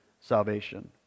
salvation